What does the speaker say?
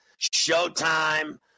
Showtime